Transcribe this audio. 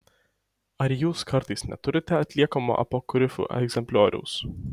ar jūs kartais neturite atliekamo apokrifų egzemplioriaus